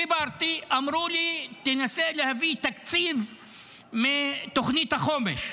דיברתי, אמרו לי: תנסה להביא תקציב מתוכנית החומש.